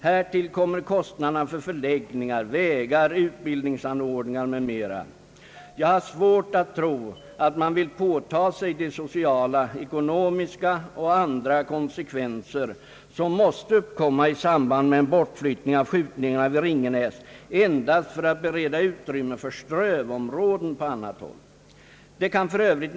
Härtill kommer kostnaderna för förläggningar, vägar, utbildningsanordningar m.m. Jag har svårt att tro, att man vill påtaga sig de sociala, ekonomiska och andra konsekvenser som måste uppkomma i samband med en bortflyttning av skjutningarna vid Ringenäs endast för att bereda utrymme för strövområden. Det kan f.ö.